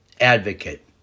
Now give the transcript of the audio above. advocate